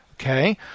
Okay